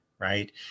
right